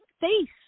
face